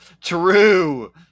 true